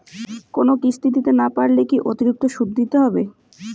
কোনো কিস্তি দিতে না পারলে কি অতিরিক্ত সুদ দিতে হবে?